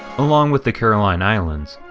along with the caroline islands,